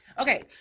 Okay